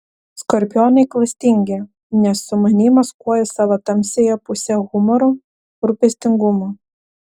skorpionai klastingi nes sumaniai maskuoja savo tamsiąją pusę humoru rūpestingumu